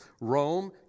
Rome